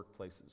workplaces